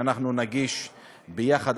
שאנחנו נגיש ביחד,